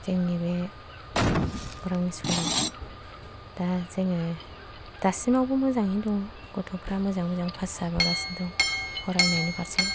जोंनि बे गौरां स्कुला दा जोङो दासिमावबो मोजाङै दङ गथ'फ्रा मोजां मोजां फास जाबोगासिनो दं फरायनायनि फारसे